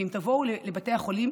ואם תבואו לבתי החולים,